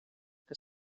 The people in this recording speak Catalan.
que